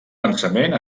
pensament